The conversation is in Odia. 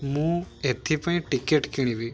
ମୁଁ ଏଥିପାଇଁ ଟିକେଟ୍ କିଣିବି